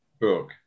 book